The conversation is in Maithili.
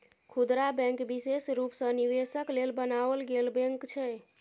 खुदरा बैंक विशेष रूप सँ निवेशक लेल बनाओल गेल बैंक छै